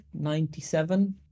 97